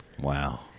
Wow